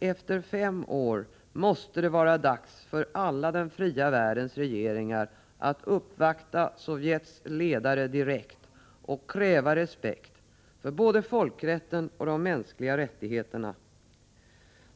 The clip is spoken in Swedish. Efter fem år måste det vara dags för alla den fria världens regeringar att uppvakta Sovjets ledare direkt och kräva respekt för både folkrätten och de mänskliga rättigheterna.